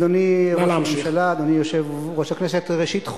הוא לשדר למפגינים שיש להם